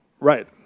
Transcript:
right